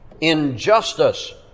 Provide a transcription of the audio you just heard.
Injustice